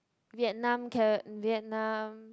Vietnam c~ Vietnam